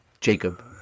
Jacob